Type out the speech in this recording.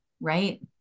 Right